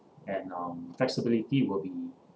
and um flexibility will be